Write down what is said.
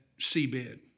seabed